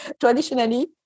traditionally